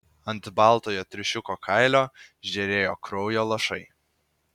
ant baltojo triušiuko kailio žėrėjo kraujo lašai